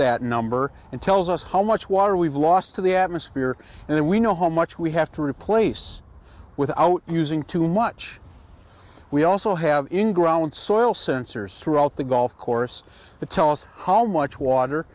that number and tells us how much water we've lost to the atmosphere and then we know how much we have to replace without using too much we also have in ground soil sensors throughout the golf course the tell us how much water